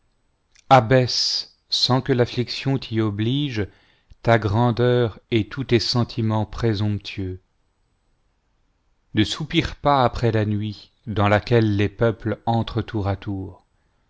abaisse sans que l'affliction t'y oblige ta grandeur et tous tes sentiments présomptueux ne soupire pas après la nuit dans laquelle les peuples entrent tour à tour